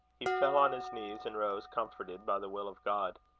he fell on his knees, and rose comforted by the will of god.